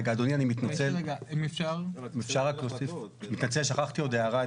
רגע אדוני, אני מתנצל, שכחתי עוד הערה.